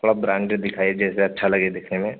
थोड़ा ब्रांडेड दिखाइए जैसे अच्छा लगे देखने में